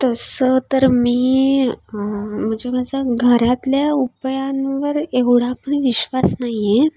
तसं तर मी म्हणजे माझा घरातल्या उपायांवर एवढा पण विश्वास नाही आहे